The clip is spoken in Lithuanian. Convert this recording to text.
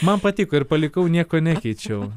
man patiko ir palikau nieko nekeičiau